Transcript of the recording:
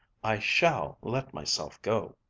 i shall let myself go!